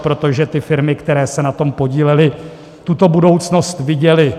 Protože ty firmy, které se na tom podílely, tuto budoucnost viděly.